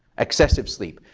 excessive sleep.